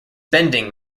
bending